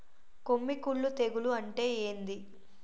కొమ్మి కుల్లు తెగులు అంటే ఏంది?